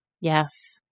Yes